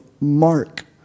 Mark